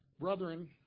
Brethren